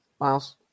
Miles